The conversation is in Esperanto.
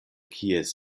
kies